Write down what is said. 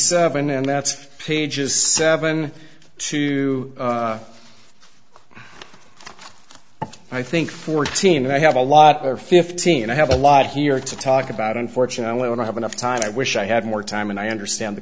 seven and that's pages seven to i think fourteen and i have a lot of fifteen and i have a lot here to talk about unfortunately when i have enough time i wish i had more time and i understand the